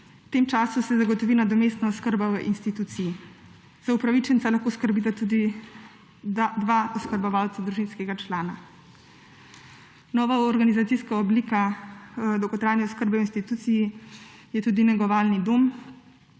V tem času se zagotovi nadomestna oskrba v instituciji. Za upravičenca lahko skrbita tudi dva oskrbovalca družinskega člana. Nova organizacijska oblika dolgotrajne oskrbe v instituciji je tudi negovalni dom.